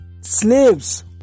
slaves